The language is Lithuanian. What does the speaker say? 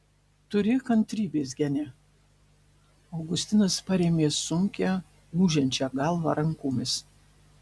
turėk kantrybės gene augustinas parėmė sunkią ūžiančią galvą rankomis